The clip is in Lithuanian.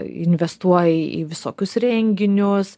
investuoja į visokius renginius